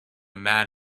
man